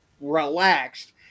relaxed